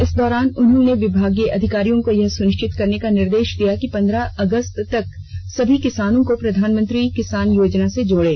इस दौरान उन्होंने विभागीय अधिकारियों को यह सुनिष्चित करने का निर्देष दिया कि पंद्रह अगस्त तक सभी किसानों को प्रधानमंत्री किसान योजना से र्जाड़े